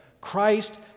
Christ